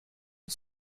une